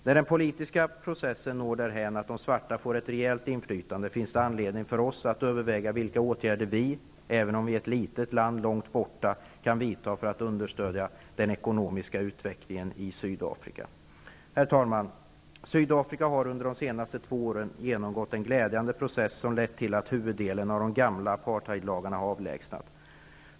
När den politiska processen når därhän att de svarta får ett rejält inflytande, finns det anledning för oss att överväga vilka åtgärder vi, även om vi är ett litet land långt borta, kan vidta för att understödja den ekonomiska utvecklingen i Sydafrika. Herr talman! Sydafrika har under de senaste två åren genomgått en glädjande process som lett till att huvuddelen av de gamla apartheidlagarna har avlägsnats.